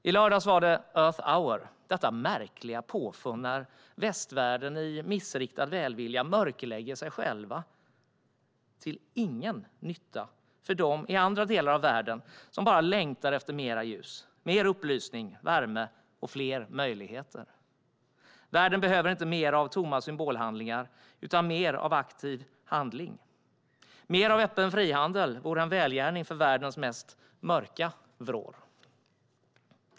I lördags var det Earth Hour, detta märkliga påfund där västvärlden i missriktad välvilja mörklägger sig själv till ingen nytta för dem i andra delar av världen, som bara längtar efter mer ljus, mer upplysning och värme och fler möjligheter. Världen behöver inte mer av tomma symbolhandlingar utan mer av aktiv handling. Mer av öppen frihandel vore en välgärning för världens mörkaste vrår.